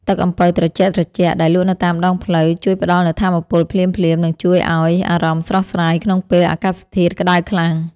ទឹកអំពៅត្រជាក់ៗដែលលក់នៅតាមដងផ្លូវជួយផ្ដល់នូវថាមពលភ្លាមៗនិងជួយឱ្យអារម្មណ៍ស្រស់ស្រាយក្នុងពេលអាកាសធាតុក្តៅខ្លាំង។